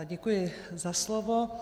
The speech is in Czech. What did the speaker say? Děkuji za slovo.